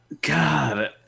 god